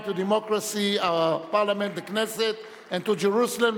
היריון ולידה של בת-זוג) עברה בקריאה טרומית ותועבר לוועדת העבודה,